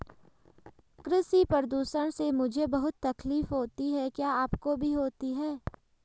कृषि प्रदूषण से मुझे बहुत तकलीफ होती है क्या आपको भी होती है